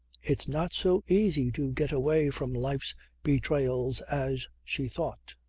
it's not so easy to get away from life's betrayals as she thought.